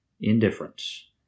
indifference